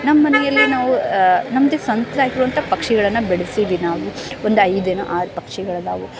ನಮ್ಮ ಮನೆಯಲ್ಲಿ ನಾವು ನಮ್ಮದೇ ಸ್ವಂತ ಐಕ್ಳು ಅಂತ ಪಕ್ಷಿಗಳನ್ನು ಬೆಳೆಸಿದ್ದೀವಿ ನಾವು ಒಂದು ಐದು ಏನೋ ಆರು ಪಕ್ಷಿಗಳಿದ್ದಾವೆ